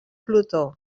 plutó